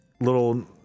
little